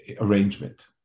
arrangement